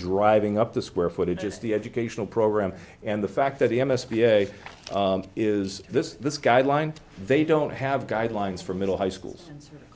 driving up the square footage is the educational program and the fact that the m s p is this this guideline they don't have guidelines for middle high schools